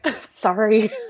sorry